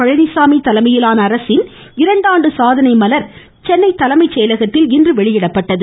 பழனிசாமி தலைமையிலான அரசின் இரண்டாண்டு சாதனை மலர் சென்னை தலைமைச் செயலகத்தில் இன்று வெளியிடப்பட்டது